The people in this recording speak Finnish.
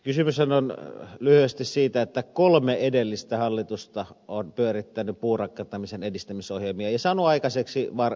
kysymyshän on lyhyesti siitä että kolme edellistä hallitusta on pyörittänyt puurakentamisen edistämisohjelmia ja saanut aikaiseksi varsin paljon